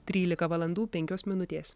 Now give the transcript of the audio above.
trylika valandų penkios minutės